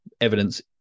evidence